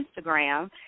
Instagram